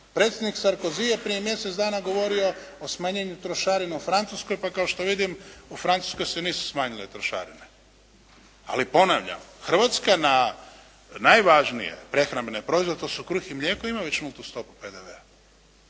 Predsjednik Sarkozy je prije mjesec dana govorio o smanjenju trošarina u Francuskoj pa kao što vidim u Francuskoj se nisu smanjile trošarine. Ali ponavljam, Hrvatska na najvažnije prehrambene proizvode to su kruh i mlijeko ima već nultu stopu PDV-a.